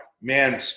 man